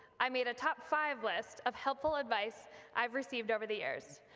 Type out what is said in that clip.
i made a top five list of helpful advice i've received over the years,